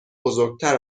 بزرگتر